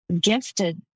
gifted